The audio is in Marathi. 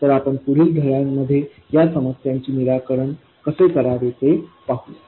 तर आपण पुढील धड्यांमध्ये या समस्यांचे निराकरण कसे करावे ते पाहूया